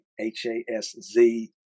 H-A-S-Z